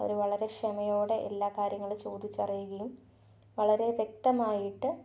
അവർ വളരെ ക്ഷമയോടെ എല്ലാ കാര്യങ്ങൾ ചോദിച്ചറിയുകയും വളരെ വ്യക്തമായിട്ട്